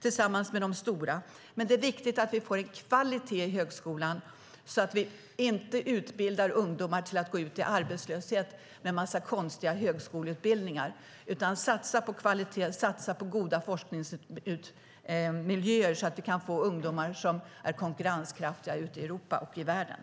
tillsammans med de stora, men det är viktigt att vi får en kvalitet i högskolan, så att vi inte utbildar ungdomar till att gå ut i arbetslöshet med en massa konstiga högskoleutbildningar. Vi ska satsa på kvalitet och satsa på goda forskningsmiljöer, så att vi kan få ungdomar som är konkurrenskraftiga ute i Europa och i världen.